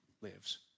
lives